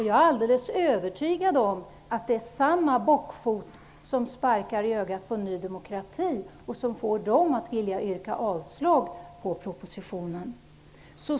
Jag är alldeles övertygad om att det är samma bockfot som sparkar i ögat på nydemokraterna och som får dem att yrka avslag på propositionen.